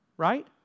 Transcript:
right